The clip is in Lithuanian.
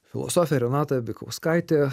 filosofė renata bikauskaitė